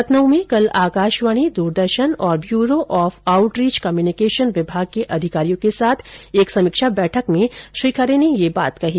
लखनऊ में कल आकाशवाणी द्रदर्शन और ब्यूरो ऑफ आउटरिच कम्युनिकेशन विभाग के अधिकारियों के साथ एक समीक्षा बैठक में श्री खरे ने यह बात कही